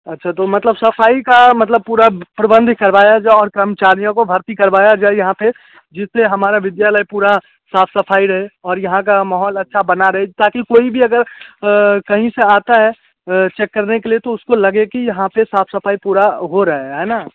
अच्छा तो मतलब सफाई का मतलब पूरा प्रबंध करवाया जाए और कर्मचारियों को भर्ती करवाया जाए यहाँ पे जिससे हमारा विद्यालय पूरा साफ सफाई रहे और यहाँ का माहौल अच्छा बना रहे ताकि कोई भी अगर कहीं से आता है चेक करने के लिए तो उसको लगे कि यहाँ पर साफ सफाई पूरा हो रहा है ना